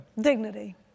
Dignity